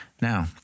Now